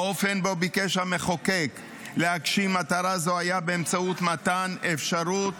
האופן שבו ביקש המחוקק להגשים זאת היה באמצעות מתן אפשרות